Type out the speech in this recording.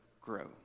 grow